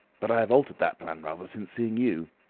but i have altered that plan rather since seeing you.